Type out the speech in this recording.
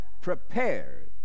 prepared